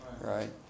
right